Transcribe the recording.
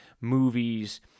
movies